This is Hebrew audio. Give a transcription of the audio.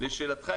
לשאלתך,